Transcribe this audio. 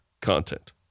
content